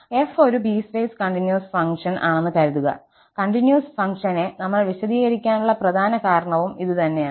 f ഒരു piecewise continuous function ആണെന്ന് കരുതുക കണ്ടിന്യൂസ് ഫംഗ്ഷനെ നമ്മൾ വിശദീകരിക്കാനുള്ള പ്രധാന കാരണവും ഇത് തന്നെയാണ്